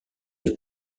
les